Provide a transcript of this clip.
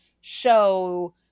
show